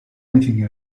anything